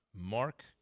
Mark